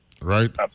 right